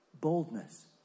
boldness